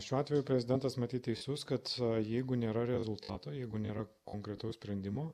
šiuo atveju prezidentas matyt teisus kad jeigu nėra rezultato jeigu nėra konkretaus sprendimo